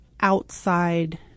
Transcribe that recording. outside